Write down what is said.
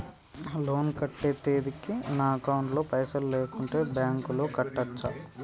Loan కట్టే తేదీకి నా అకౌంట్ లో పైసలు లేకుంటే బ్యాంకులో కట్టచ్చా?